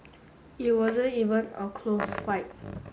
it wasn't even a close fight